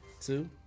two